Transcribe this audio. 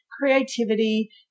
creativity